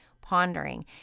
pondering